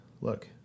look